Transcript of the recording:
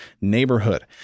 neighborhood